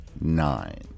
nine